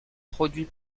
produit